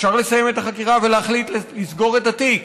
אפשר לסיים את החקירה ולהחליט לסגור את התיק,